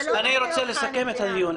אני רוצה לסכם את הדיון.